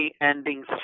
ending